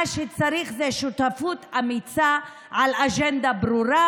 מה שצריך זה שותפות אמיצה על אג'נדה ברורה,